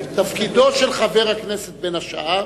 כשהיינו קואליציה, תפקידו של חבר הכנסת, בין השאר,